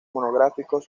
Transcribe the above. monográficos